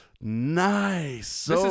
Nice